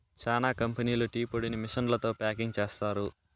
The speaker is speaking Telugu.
చానా కంపెనీలు టీ పొడిని మిషన్లతో ప్యాకింగ్ చేస్తారు